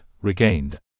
regained